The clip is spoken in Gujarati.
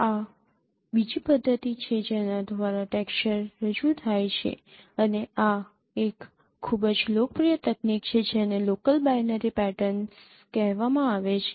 આ બીજી પદ્ધતિ છે જેના દ્વારા ટેક્સચર રજૂ થાય છે અને આ એક ખૂબ જ લોકપ્રિય તકનીક છે જેને લોકલ બાઈનરી પેટર્ન કહેવામાં આવે છે